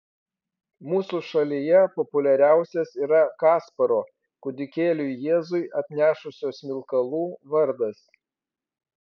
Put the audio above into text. mūsų šalyje populiariausias yra kasparo kūdikėliui jėzui atnešusio smilkalų vardas